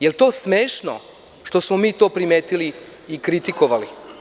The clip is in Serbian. Da li je to smešno što smo mi to primetili i kritikovali?